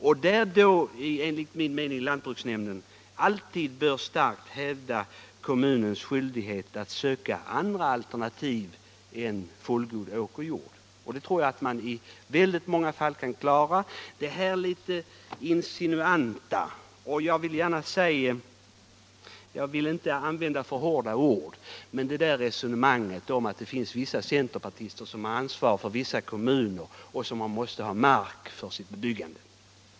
Därvid bör enligt min mening lantbruksnämnden alltid starkt hävda kommunens skyldighet att söka andra alternativ än fullgod åkerjord. Det tror jag att man kan klara i väldigt många fall. Jag tycker att herr statsrådet skall sluta med sitt insinuanta resonemang —- jag vill inte använda för hårda ord — om att vissa centerpartister med ansvar för vissa kommuner måste ha mark för sitt byggande.